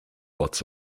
lots